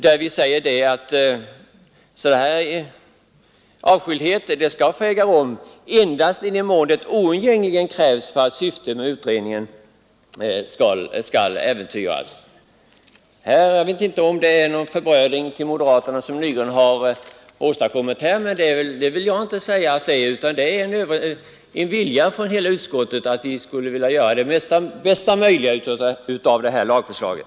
Där heter det att intagen får hållas avskild ”endast i den mån det oundgängligen kräves för att syftet med utredningen ej skall äventyras”. Allt enligt moderatmotionen. Jag vet inte om det är någon förbrödring med moderaterna som herr Nygren har åstadkommit. Jag anser att det är uttryck för en vilja från hela utskottet att göra det bästa möjliga av det här lagförslaget.